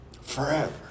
Forever